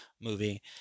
movie